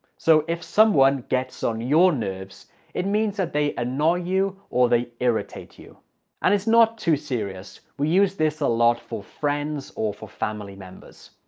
so if someone gets on your nerves it means that they annoy you or they irritate you and it's not too serious. we use this a lot for friends or for family members.